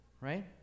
right